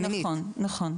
נכון.